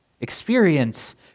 Experience